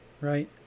right